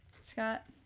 Scott